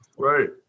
Right